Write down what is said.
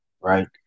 right